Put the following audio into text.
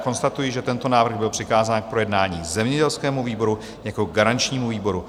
Konstatuji, že tento návrh byl přikázán k projednání zemědělskému výboru jako garančnímu výboru.